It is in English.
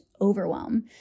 overwhelm